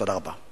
תודה רבה.